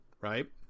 right